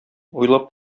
уйлап